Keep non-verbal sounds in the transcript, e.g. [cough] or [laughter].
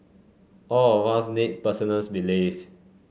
all of us need [unintelligible] 's belief